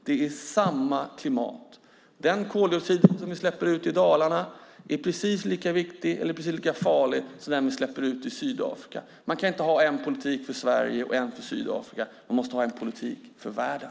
Det är samma klimat. Den koldioxid man släpper ut i Dalarna är precis lika farlig som den man släpper ut i Sydafrika. Man kan inte ha en politik för Sverige och en för Sydafrika. Man måste ha en politik för världen.